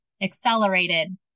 accelerated